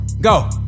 Go